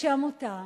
שעמותה